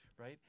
right